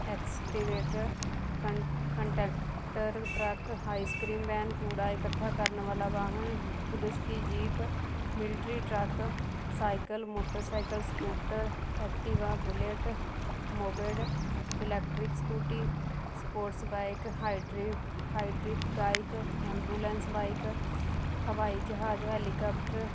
excavator ਕੰਨ container truck ice cream van ਕੂੜਾ ਇਕੱਠਾ ਕਰਨ ਵਾਲਾ ਵਾਹਨ ਪੁਲਿਸ ਦੀ jeep military truck cycle motorcycle scooter Activa Bullet moped electric scooty sports bike ਹਾਈਡਰੀ ਹਾਈਡ੍ਰਿਕ ਬਾਈਕ ਐਂਬੂਲੈਂਸ ਬਾਈਕ ਹਵਾਈ ਜਹਾਜ਼ ਹੈਲੀਕਾਪਟਰ